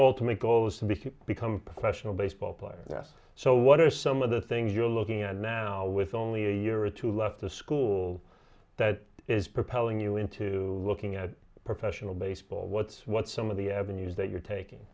role to make goes to be to become a professional baseball player yes so what are some of the things you're looking at now with only a year or two left the school that is propelling you into looking at professional baseball what's what some of the avenues that you're taking